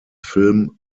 film